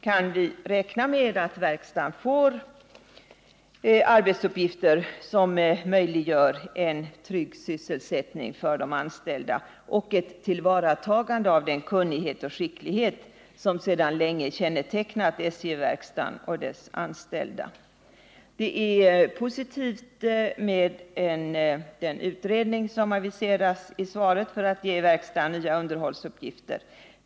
Kan vi räkna med att verkstaden får arbetsuppgifter som möjliggör en trygg sysselsättning för de anställda och ett tillvaratagande av den kunnighet och skicklighet som sedan länge kännetecknat SJ-verkstaden och dess anställda? Det är positivt med den utredning, för att ge verkstaden nya underhålls Nr 140 uppgifter, som aviseras i svaret.